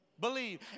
Believe